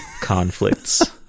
conflicts